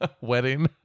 wedding